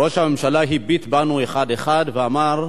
ראש הממשלה הביט בנו אחד אחד ואמר: